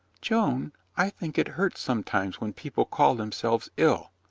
joan, i think it hurts sometimes when people call themselves ill,